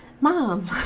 Mom